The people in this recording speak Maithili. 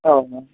ओ